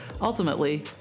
ultimately